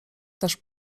też